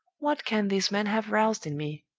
what can this man have roused in me?